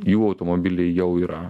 jų automobiliai jau yra